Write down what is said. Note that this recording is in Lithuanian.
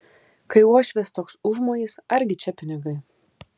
kai uošvės toks užmojis argi čia pinigai